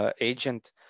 agent